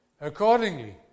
Accordingly